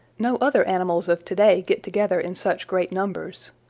no other animals of to-day get together in such great numbers.